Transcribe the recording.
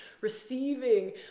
receiving